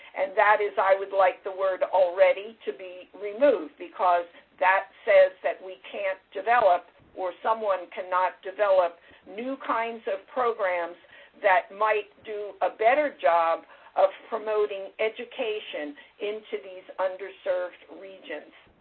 and that is i would like the word already to be removed, because that says that we can't develop or someone cannot develop new kinds of programs that might do a better job of promoting education into these underserved regions.